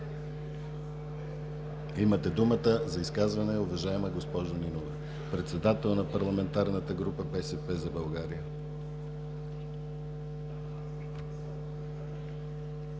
Имате думата за изказване, уважаема госпожо Нинова – председател на Парламентарната група „БСП за България“.